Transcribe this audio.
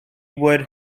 would